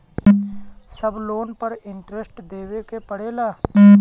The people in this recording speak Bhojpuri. सब लोन पर इन्टरेस्ट देवे के पड़ेला?